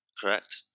correct